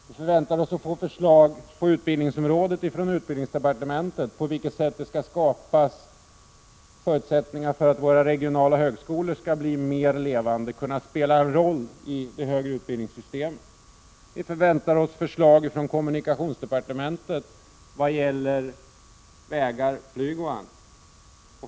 Vi förväntar oss förslag från utbildningsdepartementet om på vilket sätt förutsättningar skall skapas för att våra regionala högskolor skall bli mer levande och kunna spela en roll i systemet för högre utbildning. Vi förväntar oss förslag från kommunikationsdepartementet i vad gäller vägar, flyg m.m.